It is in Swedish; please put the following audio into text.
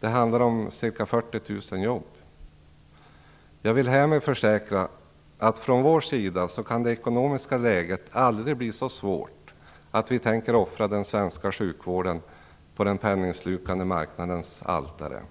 Det handlar om ca 40 000 jobb. Jag vill härmed försäkra att från vår sida kan det ekonomiska läget aldrig bli så svårt att vi tänker offra den svenska sjukvården på den penningslukande marknadens altare.